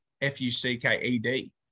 F-U-C-K-E-D